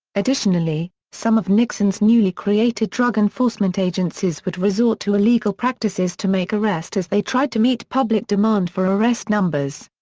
additionally, some of nixon's newly created drug enforcement agencies would resort to illegal practices to make arrests as they tried to meet public demand for arrest numbers.